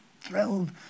thrilled